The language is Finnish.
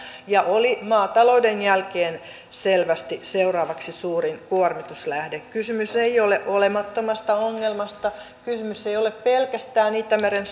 ja oli maatalouden jälkeen selvästi seuraavaksi suurin kuormituslähde kysymys ei ole olemattomasta ongelmasta kysymys ei ole pelkästään itämeren